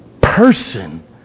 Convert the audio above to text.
person